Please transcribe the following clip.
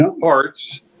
parts